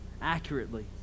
accurately